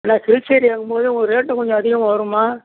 இல்லை ஹில்ஸ் ஏரியாவுங்கும் போது உங்களுக்கு ரேட்டும் கொஞ்சம் அதிகமாக வரும்மா